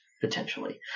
potentially